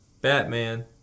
Batman